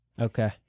Okay